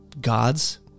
gods